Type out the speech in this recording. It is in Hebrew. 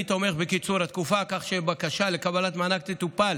אני תומך בקיצור התקופה כך שבקשה לקבלת מענק תטופל,